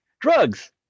drugs